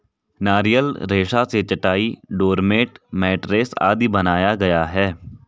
नारियल रेशा से चटाई, डोरमेट, मैटरेस आदि बनाया जाता है